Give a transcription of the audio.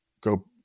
go